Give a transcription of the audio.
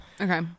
Okay